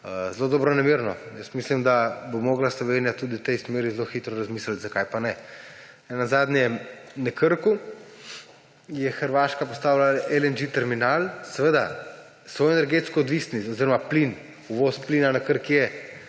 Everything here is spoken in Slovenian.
zelo dobronamerno. Mislim, da bo morala Slovenija tudi v tej smeri zelo hitro razmisliti. Zakaj pa ne? Ne nazadnje je na Krku Hrvaška postavila terminal LNG. Seveda so energetsko odvisni oziroma plin, uvoz plina na Krk je,